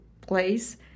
place